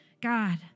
God